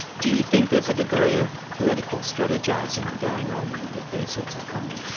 do you think there's a degree of political strategising going on with these sorts of comments?